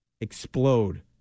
explode